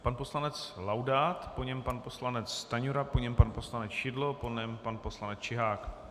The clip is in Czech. Pan poslanec Laudát, po něm pan poslanec Stanjura, po něm pan poslanec Šidlo, po něm pan poslanec Čihák.